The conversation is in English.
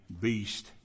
beast